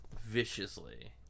Viciously